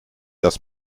dass